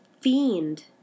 fiend